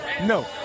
no